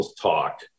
talk